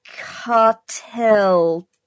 Cartel